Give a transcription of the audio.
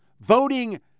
Voting